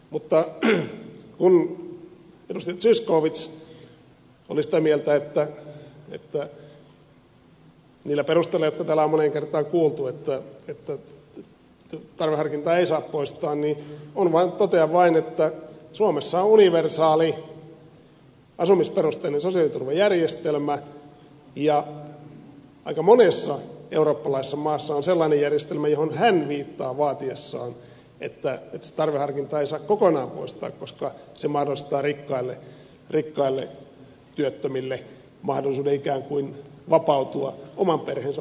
mutta kun edustaja zyskowicz oli sitä mieltä niillä perusteilla jotka täällä on moneen kertaan kuultu että tarveharkintaa ei saa poistaa niin totean vain että suomessa on universaali asumisperusteinen sosiaaliturvajärjestelmä ja aika monessa eurooppalaisessa maassa on sellainen järjestelmä johon hän viittaa vaatiessaan että sitä tarveharkintaa ei saa kokonaan poistaa koska se mahdollistaa rikkaille työttömille mahdollisuuden ikään kuin vapautua oman perheensä vastuusta